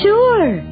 Sure